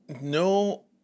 no